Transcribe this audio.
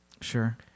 Sure